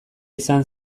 izan